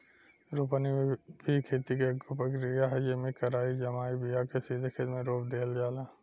रोपनी भी खेती के एगो प्रक्रिया ह, जेइमे जरई जमाल बिया के सीधे खेते मे रोप दिहल जाला